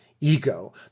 ego